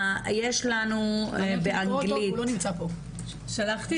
אם חציים של הדברים התקיימו, אז כבר עשינו